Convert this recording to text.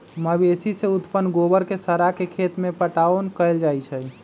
मवेशी से उत्पन्न गोबर के सड़ा के खेत में पटाओन कएल जाइ छइ